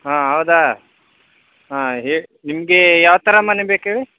ಹಾಂ ಹೌದಾ ಹಾಂ ಹೇ ನಿಮಗೆ ಯಾವ ಥರ ಮನೆ ಬೇಕು ಹೇಳಿ